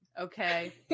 okay